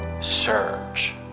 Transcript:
Search